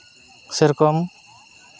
ᱥᱮᱨᱚᱠᱚᱢ